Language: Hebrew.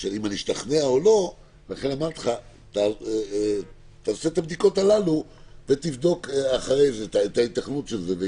אני מבקש ממך לעשות את הבדיקות הללו ואחרי זה להגיד אם